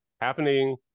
happening